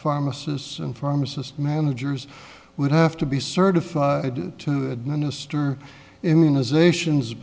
pharmacists and pharmacists managers would have to be certified to administer immunizations